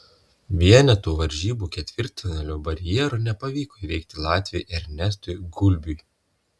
vienetų varžybų ketvirtfinalio barjero nepavyko įveikti latviui ernestui gulbiui